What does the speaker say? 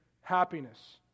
happiness